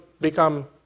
become